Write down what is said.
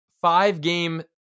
five-game